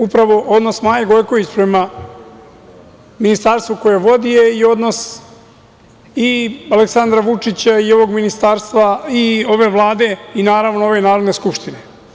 Upravo odnos Maje Gojković prema Ministarstvu koje vodi je i odnos Aleksandra Vučića i ovog ministarstva i ove Vlade i naravno ove Narodne skupštine.